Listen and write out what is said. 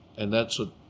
and that's what